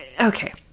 okay